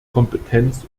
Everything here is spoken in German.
kompetenz